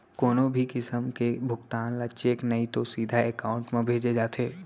कोनो भी किसम के भुगतान ल चेक नइ तो सीधा एकाउंट म भेजे जाथे